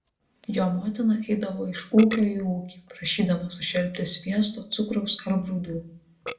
jo motina eidavo iš ūkio į ūkį prašydama sušelpti sviesto cukraus ar grūdų